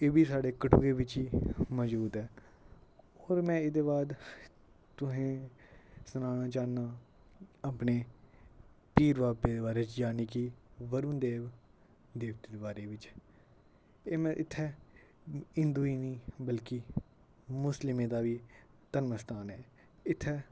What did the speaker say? एह् वी साढ़े कठुए विच ही मजूद ऐ और में एह्दे बाद तुसें सनाना चाह्नां अपने पीर बाबे दे बारे च जानि की वरूण देव देवते दे बारे विच एह् में इत्थै हिंदु ही निं बल्कि मुस्लिमें दा वी धर्म स्थान ऐ इत्थैं